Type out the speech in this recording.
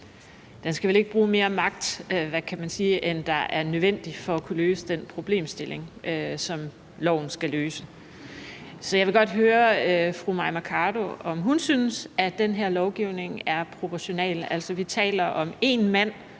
den skal vel ikke bruge mere magt, end der er nødvendig for at kunne løse den problemstilling, som loven skal løse. Så jeg vil godt høre fru Mai Mercado, om hun synes, at den her lovgivning er proportional. Altså, vi taler om én mand,